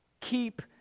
Keep